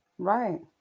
Right